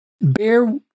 Bear